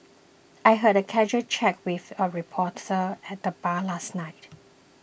I had a casual chat with a reporter at the bar last night